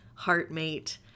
heartmate